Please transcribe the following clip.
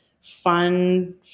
fun